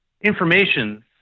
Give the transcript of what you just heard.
information